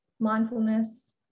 mindfulness